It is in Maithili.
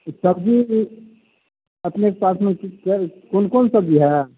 ई सब्जी ई अपनेके पासमे कोन कोन सब्जी हइ